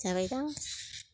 जाबायदां